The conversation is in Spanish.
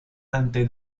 ante